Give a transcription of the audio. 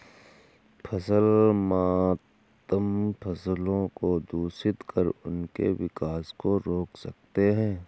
फसल मातम फसलों को दूषित कर उनके विकास को रोक सकते हैं